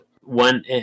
one